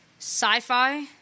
sci-fi